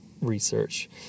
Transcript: research